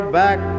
back